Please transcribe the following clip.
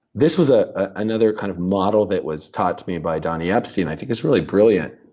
this was ah another kind of model that was taught to me by donny epstein. i think it's really brilliant,